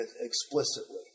explicitly